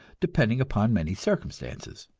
depending upon many circumstances.